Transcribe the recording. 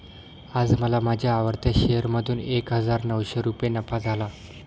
आज मला माझ्या आवडत्या शेअर मधून एक हजार नऊशे रुपये नफा झाला